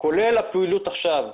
כולל הפעילות עכשיו,